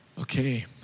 Okay